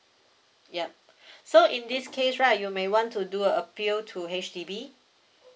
yup so in this case right you may want to do a appeal to H_D_B